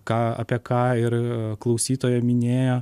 ką apie ką ir klausytoja minėjo